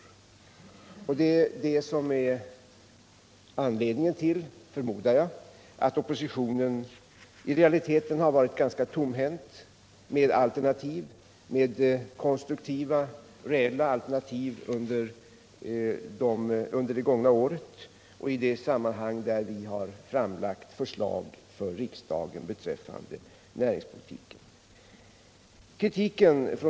Det är det, förmodar jag, som är anledningen till att oppositionen i realiteten har varit ganska tomhänt vad gäller konstruktiva, reella alternativ under det gångna året och i de sammanhang där vi framlagt förslag för riksdagen beträffande näringspolitiken.